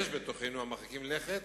יש בתוכנו המרחיקים לכת